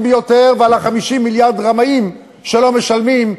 ביותר ועל 50 המיליארד של הרמאים שלא משלמים,